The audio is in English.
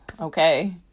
Okay